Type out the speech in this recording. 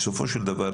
בסופו של דבר,